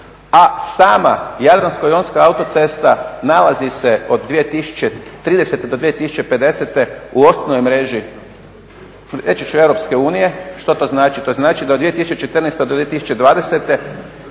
a sama jadransko-jonska autocesta nalazi se od 2030. do 2050. u osnovnoj mreži reći ću Europske unije. Što to znači? To znači da 2014.-2020.